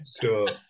Sure